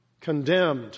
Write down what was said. condemned